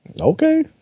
Okay